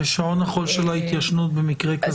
ושעון החול של ההתיישנות במקרה כזה?